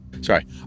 Sorry